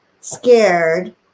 scared